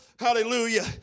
Hallelujah